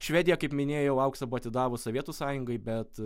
švedija kaip minėjau auksą buvo atidavus sovietų sąjungai bet